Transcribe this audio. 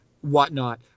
whatnot